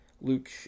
luke